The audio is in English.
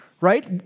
right